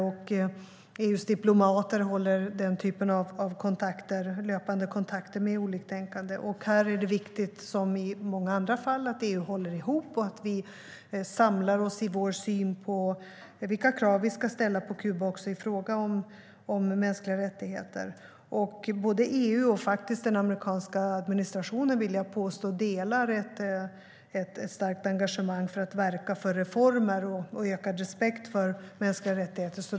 EU:s diplomater håller den typen av löpande kontakter med oliktänkande. Här som i många andra fall är det viktigt att EU håller ihop och att vi samlar oss i vår syn på vilka krav vi ska ställa på Kuba i fråga om mänskliga rättigheter. Både EU och, vill jag påstå, den amerikanska administrationen delar ett starkt engagemang för att verka för reformer och ökad respekt för mänskliga rättigheter.